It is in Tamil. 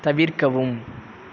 தவிர்க்கவும்